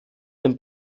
den